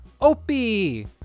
Opie